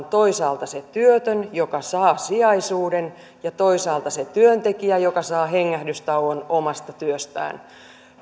toisaalta se työtön joka saa sijaisuuden ja toisaalta se työntekijä joka saa hengähdystauon omasta työstään